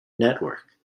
network